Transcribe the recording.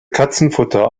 katzenfutter